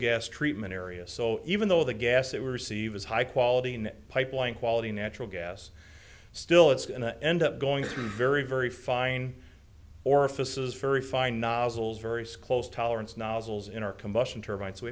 gas treatment area so even though the gas that were received is high quality in pipeline quality natural gas still it's an end up going through very very fine orifices very fine nozzles very squoze tolerance nozzles in our combustion turbines we